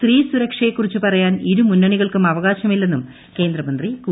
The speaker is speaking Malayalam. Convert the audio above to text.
സ്ത്രീ സുരക്ഷ യെക്കുറിച്ച് പറയാൻ ഇരു മുന്നണികൾക്കും അവകാശമില്ലെന്നും കേന്ദ്ര മന്ത്രി കൂട്ടിച്ചേർത്തു